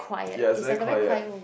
ya is very quiet